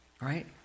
right